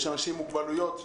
יש אנשים עם מוגבלויות שמפסידים.